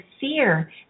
fear